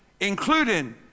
including